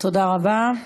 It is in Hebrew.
תודה רבה.